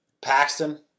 Paxton